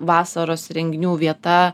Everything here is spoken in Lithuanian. vasaros renginių vieta